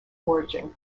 foraging